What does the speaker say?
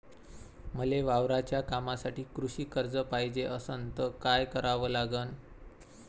मले वावराच्या कामासाठी कृषी कर्ज पायजे असनं त काय कराव लागन?